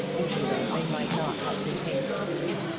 even though they might not have contained comfort.